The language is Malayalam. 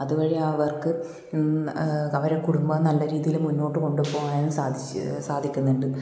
അതുവഴി അവർക്ക് അവരെ കുടുംബം നല്ല രീതിയിൽ മുന്നോട്ടു കൊണ്ടു പോകാനും സാധി സാധിക്കുന്നുണ്ട്